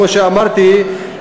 כמו שאמרתי,